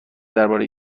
درباره